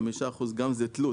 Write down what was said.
45%. זה גם תלות,